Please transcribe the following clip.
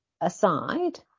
aside